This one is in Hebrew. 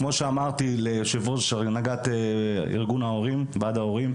כמו שאמרתי ליושב ראש הנהגת ועד ההורים,